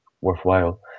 worthwhile